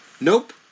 nope